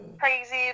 crazy